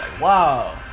wow